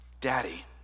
daddy